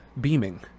beaming